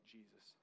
Jesus